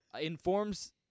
informs